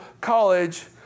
college